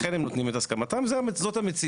צריך את הסכמת מהנדס הרשות המקומית הנוגעת בדבר.